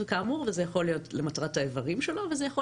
זה יכול להיות למטרת האיברים שלו וזה יכול